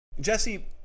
Jesse